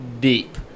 deep